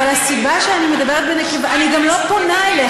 אבל הסיבה שאני מדברת בנקבה, אני גם לא פונה אליך.